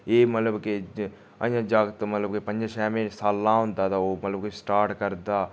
एह् मतलब कि अजें जागत मतलब के पंजे छे मीं साला होंदा तां ओह् मतलब कि स्टार्ट करदा